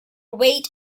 weight